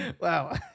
Wow